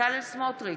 בצלאל סמוטריץ'